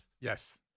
Yes